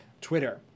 Twitter